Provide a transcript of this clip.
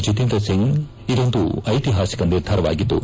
ಜಿತೇಂದ್ರ ಸಿಂಗ್ ಇದೊಂದು ಐತಿಹಾಸಿಕ ನಿರ್ಧಾರವಾಗಿದ್ದು